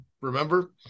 remember